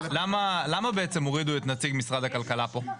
למה בעצם הורידו את נציג משרד הכלכלה פה?